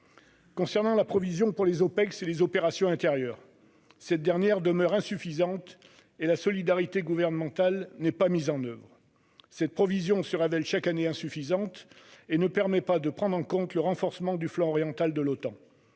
dérive. La provision sur les Opex et les opérations intérieures (Opint) demeure insuffisante et la solidarité gouvernementale n'est pas mise en oeuvre. Cette provision se révèle chaque année insuffisante et ne permet pas de prendre en compte le renforcement du flanc oriental de l'Otan.